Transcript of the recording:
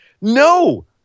No